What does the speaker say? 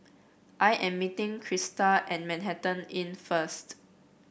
I am meeting Crysta at Manhattan Inn first